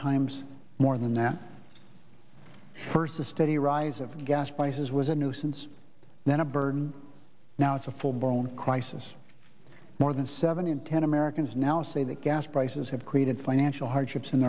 times more than now first the steady rise of gas prices was a nuisance then a burden now it's a full blown crisis more than seven in ten americans now say that gas prices have created financial hardships in